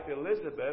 Elizabeth